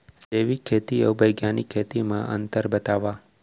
जैविक खेती अऊ बैग्यानिक खेती म अंतर बतावा?